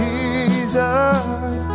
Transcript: Jesus